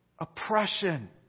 oppression